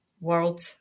world